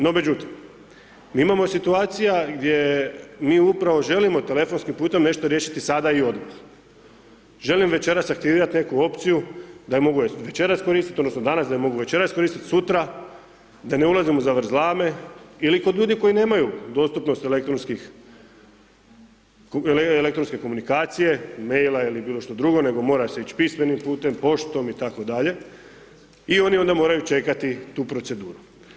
No međutim, da imamo situacija gdje mi upravo želimo telefonskim putem nešto riješiti sada i odmah, želim večeras aktivirati neku opciju da je mogu večeras koristiti odnosno da danas je mogu večeras koristiti, sutra, da ne ulazimo u zavrzlame ili kod ljudi koji nemaju dostupnost elektronske komunikacije, mailova ili bilo što drugo nego mora se ić pismenim putem poštom itd. i oni onda moraju čekati tu proceduru.